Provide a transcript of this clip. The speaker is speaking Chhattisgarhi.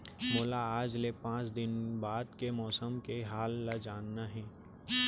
मोला आज ले पाँच दिन बाद के मौसम के हाल ल जानना हे?